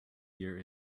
year